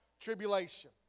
tribulation